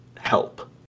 help